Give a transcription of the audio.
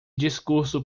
discurso